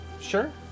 sure